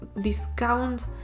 discount